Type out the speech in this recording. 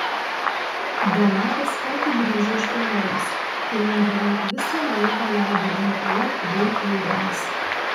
donatas ką tik grįžo iš kelionės kurioje beveik visą laiką leido gamtoje bei eidamas